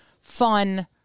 fun